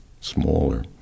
smaller